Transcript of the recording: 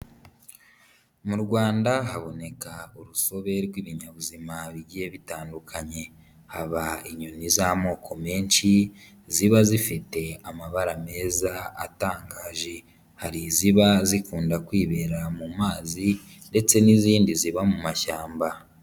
Mu rwanda haboneka urusobe rw'ibinyabuzima bigiye bitandukanye, haba inyoni z'amoko menshi ziba zifite amabara meza atangaje, hari iziba zikunda kwibera mu mazi ndetse n'izindi ziba mu mashyamba.